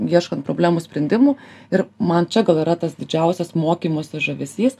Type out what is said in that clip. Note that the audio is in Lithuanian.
ieškant problemų sprendimų ir man čia gal yra tas didžiausias mokymosi žavesys